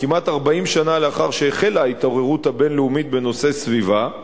כמעט 40 שנה לאחר שהחלה ההתעוררות הבין-לאומית בנושא הסביבה,